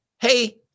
hey